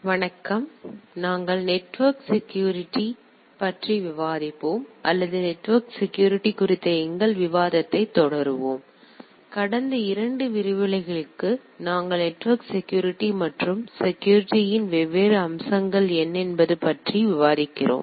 எனவே நாங்கள் network security பற்றி விவாதிப்போம் அல்லது நெட்வொர்க் செக்யூரிட்டி குறித்த எங்கள் விவாதத்தைத் தொடருவோம் கடந்த இரண்டு விரிவுரைகளுக்கு நாங்கள் நெட்வொர்க் செக்யூரிட்டி மற்றும் செக்யூரிட்டி இன் வெவ்வேறு அம்சங்கள் என்ன என்பது பற்றி விவாதிக்கிறோம்